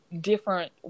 different